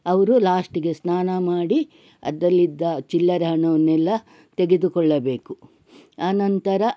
ಅವರು ಲಾಸ್ಟಿಗೆ ಸ್ನಾನ ಮಾಡಿ ಅದರಲ್ಲಿದ್ದ ಚಿಲ್ಲರೆ ಹಣವನ್ನೆಲ್ಲ ತೆಗೆದುಕೊಳ್ಳಬೇಕು ಆ ನಂತರ